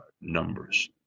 numbers